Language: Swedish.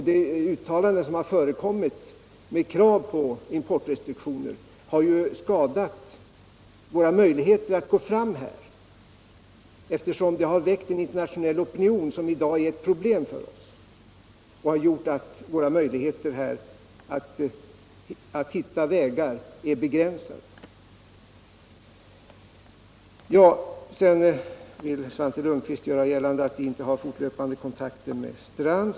De uttalanden som har förekommit med krav på importrestriktioner har skadat våra möjligheter att gå fram här, eftersom de har väckt en internationell opinion som i dag är ett problem för oss och har gjort att våra möjligheter att hitta vägar är begränsade. Svante Lundkvist vill göra gällande att vi inte har fortlöpande kontakter med Strands.